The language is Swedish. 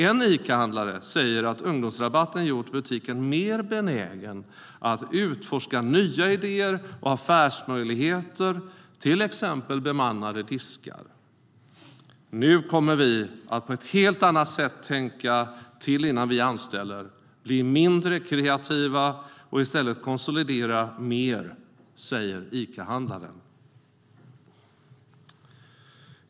En Icahandlare säger att ungdomsrabatten har gjort butiken mer benägen att utforska nya idéer och affärsmöjligheter, till exempel bemannade diskar. Nu kommer de att på ett helt annat sätt att tänka till innan de anställer, bli mindre kreativa och i stället konsolidera mer, säger Icahandlaren.